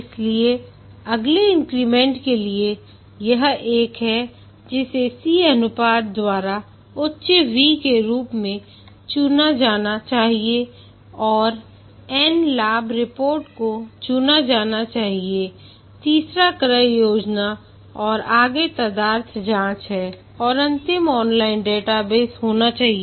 इसलिए अगले इंक्रीमेंट के लिए यह एक है जिसे C अनुपात द्वारा उच्च V के रूप में चुना जाना चाहिए और n लाभ रिपोर्ट को चुना जाना चाहिए तीसरा क्रय योजना है और आगे तदर्थ जांच है और अंतिम ऑनलाइन डेटाबेस होना चाहिए